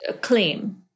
claim